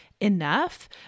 enough